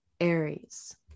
aries